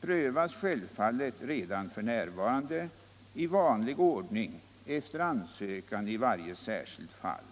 prövas självfallet redan f.n. i vanlig ordning efter ansökan i varje särskilt fall.